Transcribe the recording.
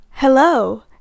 hello